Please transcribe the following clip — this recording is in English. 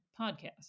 podcast